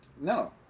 No